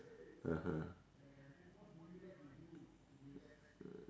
(uh huh)